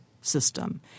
system